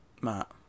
Matt